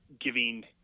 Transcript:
giving